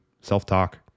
self-talk